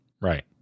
Right